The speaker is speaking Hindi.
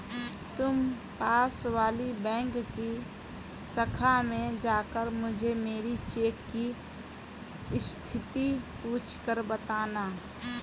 तुम पास वाली बैंक की शाखा में जाकर मुझे मेरी चेक की स्थिति पूछकर बताना